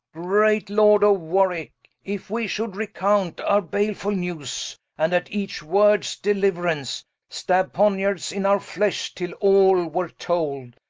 great lord of warwicke, if we should recompt our balefull newes, and at each words deliuerance stab poniards in our flesh, till all were told,